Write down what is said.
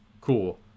cool